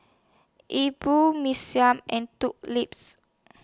E Bua Mee Siam and Lips